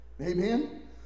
Amen